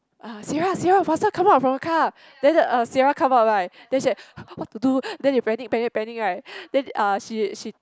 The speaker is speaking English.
uh Sierra Sierra faster come out from the car then err Sierra come out right then she like what to do then they panic panic panic right then uh she she